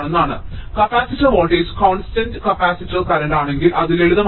അതിനാൽ capacitor voltage constant capacitor current ആണെങ്കിൽ അത് ലളിതമാക്കുന്നു